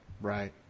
right